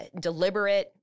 deliberate